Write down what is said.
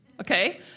Okay